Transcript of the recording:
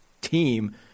team